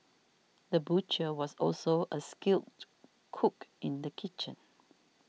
the butcher was also a skilled cook in the kitchen